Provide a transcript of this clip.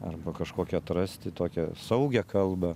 arba kažkokią atrasti tokią saugią kalbą